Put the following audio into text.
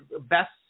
best